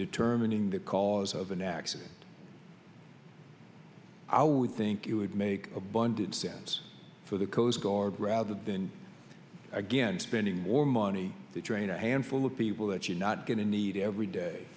determining the cause of an accident i would think it would make abundant sense for the coast guard rather than again spending more money that train a handful of people that you're not going to need every day